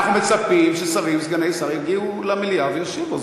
אנחנו מצפים ששרים וסגני שרים יגיעו למליאה וישיבו.